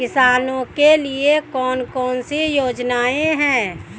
किसानों के लिए कौन कौन सी योजनाएं हैं?